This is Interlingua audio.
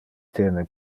tene